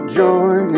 joy